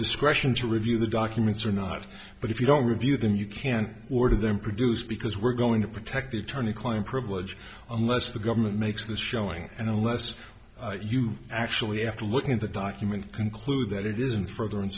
discretion to review the documents or not but if you don't review them you can't order them produce because we're going to protect the attorney client privilege unless the government makes the showing and unless you actually have to look at the document conclude that it isn't for the